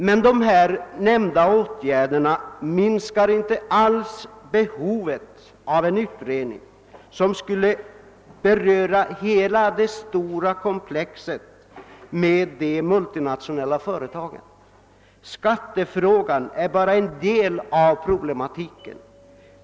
Men dessa åtgärder minskar inte alls behovet av en utredning som skulle beröra hela det stora problemkomplexet med de multinationella företagen. Skattefrågan är bara en del av problematiken.